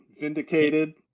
vindicated